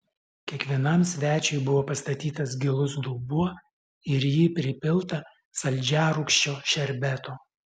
kiekvienam svečiui buvo pastatytas gilus dubuo ir į jį pripilta saldžiarūgščio šerbeto